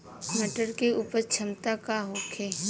मटर के उपज क्षमता का होखे?